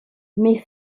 met